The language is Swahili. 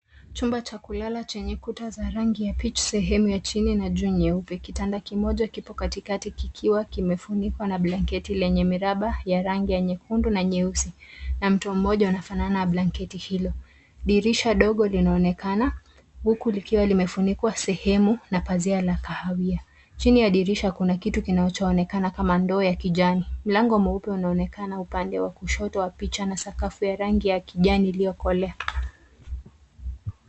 Chumba cha kulala chenye kuta za rangi ya pitch sehemu ya chini na juu nyeupe ,kitanda kimoja kipo katikati kikiwa kimefunikwa na blanketi lenye miraba ya rangi nyekundu na nyeusi na mtu mmoja unafanana na blanketi hilo ,dirisha dogo linaonekana huku likiwa limefunikwa sehemu na pazia la kahawia ,chini ya dirisha kuna kitu kinachoonekana kama ndoo ya kijani mlango mweupe unaonekana upande wa kushoto wa picha na sakafu ya rangi ya kijani iliyokolea.